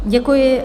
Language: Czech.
Děkuji.